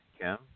Kim